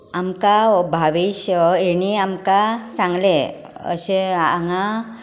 आमकां भावेश हेणीं आमकां सांगलें अशें हांगा